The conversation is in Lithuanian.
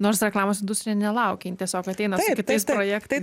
nors reklamos industrija nelaukia jin tiesiog ateina su kitais projektais